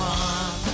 one